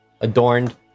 adorned